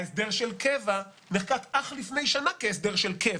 ההסדר של קבע נחקק אך לפני שנה כהסדר של קבע.